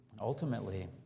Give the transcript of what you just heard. ultimately